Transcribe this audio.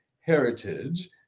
heritage